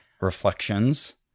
reflections